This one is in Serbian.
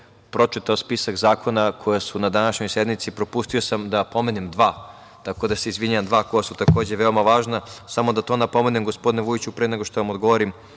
pročitao spisak zakona koji su na današnjoj sednici propustio sam da pomenem dva koja su takođe veoma važna. Samo da to napomene, gospodine Vujiću, pre nego što vam odgovorim